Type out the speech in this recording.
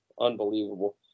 unbelievable